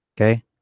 Okay